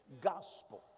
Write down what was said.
gospel